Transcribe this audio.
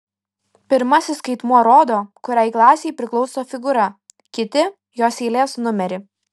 pirmasis skaitmuo rodo kuriai klasei priklauso figūra kiti jos eilės numerį